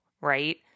right